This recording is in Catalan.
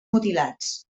mutilats